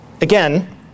Again